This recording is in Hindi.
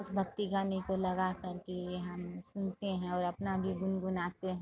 उस भक्ति गाने को लगाकर के हम सुनते हैं और अपना भी गुनगुनाते हैं